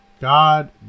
god